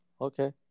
Okay